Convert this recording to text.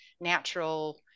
natural